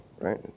right